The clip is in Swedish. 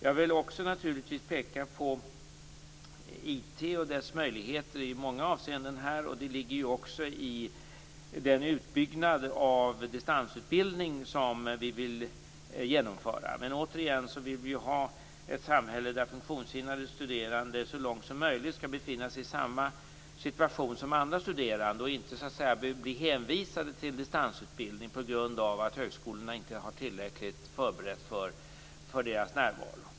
Jag vill naturligtvis också peka på IT och dess möjligheter i många avseenden. Det finns ju också med i den utbyggnad av distansutbildning som vi vill genomföra. Men återigen: Vi vill ha ett samhälle där funktionshindrade studerande så långt som möjligt skall befinna sig i samma situation som andra studerande. De skall inte behöva bli hänvisade till distansutbildning på grund av att högskolorna inte har förberett tillräckligt för deras närvaro.